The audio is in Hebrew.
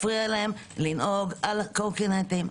הפריעה להם לנהוג על הקורקינטים,